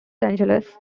angeles